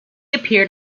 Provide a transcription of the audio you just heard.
appeared